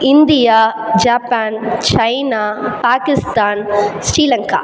India Japan China Pakistan Sri Lanka